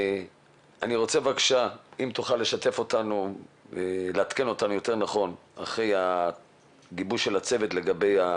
אני רוצה שתעדכן אותנו אחרי הגיבוש של הצוות על